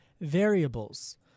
variables